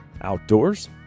Outdoors